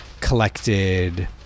collected